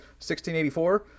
1684